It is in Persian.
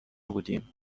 بودیم